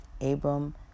Abram